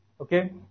Okay